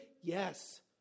Yes